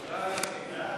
נתקבל.